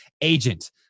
agent